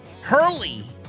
Hurley